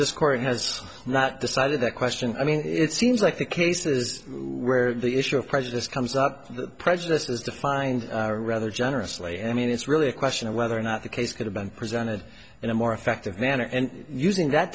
court has not decided the question i mean it seems like the cases where the issue of prejudice comes up prejudice is defined rather generously i mean it's really a question of whether or not the case could have been presented in a more effective manner and using that